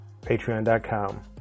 Patreon.com